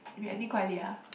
we ending quite late ah